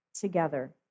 together